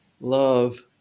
love